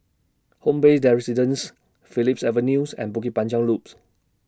Home Bay Dan Residences Phillips Avenues and Bukit Panjang Loops